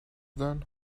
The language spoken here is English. then